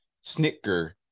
Snicker